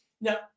Now